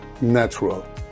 natural